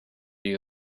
you